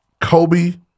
Kobe